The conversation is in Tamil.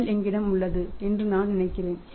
தகவல் எங்களிடம் உள்ளது என்று நான் நினைக்கிறேன்